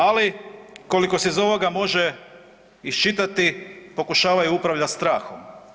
Ali koliko se iz ovoga može iščitati pokušavaju upravljati strahom.